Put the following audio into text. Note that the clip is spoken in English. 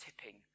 tipping